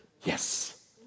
yes